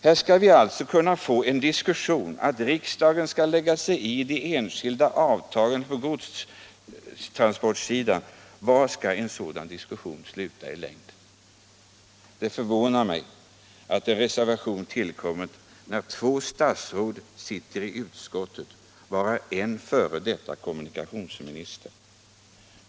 Här skulle vi alltså kunna få en diskussion om att riksdagen skall lägga sig i de enskilda avtalen för godstransportsidan. Var skall en sådan diskussion sluta? Det förvånar mig att det har avgivits en reservation i det fallet, när två gamla statsråd sitter i utskottet, därav en f. d. kommunikationsminister.